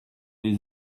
les